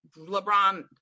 LeBron